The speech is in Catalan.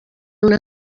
una